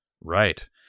Right